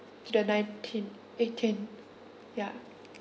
the nineteen eighteen ya